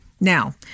Now